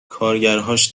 کارگرهاش